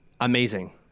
Amazing